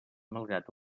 malgrat